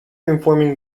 informing